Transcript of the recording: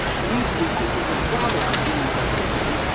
meat is considered a probable human carcinogen,